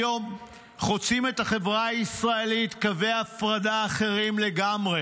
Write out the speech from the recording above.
היום חוצים את החברה הישראלית קווי הפרדה אחרים לגמרי: